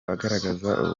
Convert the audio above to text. agaragaza